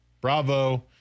bravo